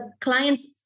clients